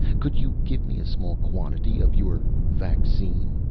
could you give me a small quantity of your. vaccine?